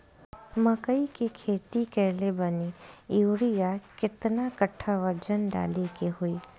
मकई के खेती कैले बनी यूरिया केतना कट्ठावजन डाले के होई?